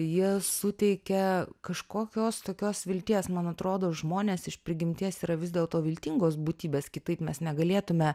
jie suteikia kažkokios tokios vilties man atrodo žmonės iš prigimties yra vis dėlto viltingos būtybės kitaip mes negalėtume